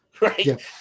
right